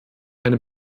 eine